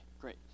Great